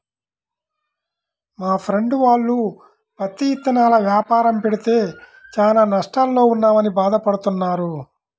మా ఫ్రెండు వాళ్ళు పత్తి ఇత్తనాల యాపారం పెడితే చానా నష్టాల్లో ఉన్నామని భాధ పడతన్నారు